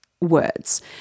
words